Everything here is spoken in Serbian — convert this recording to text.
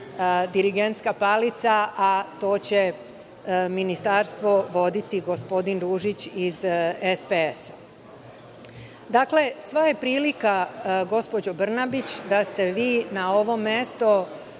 dirigentska palica, a to će ministarstvo voditi gospodin Ružić iz SPS.Dakle, sva je prilika, gospođo Brnabić, da ste vi na ovo mesto